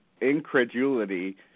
incredulity